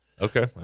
Okay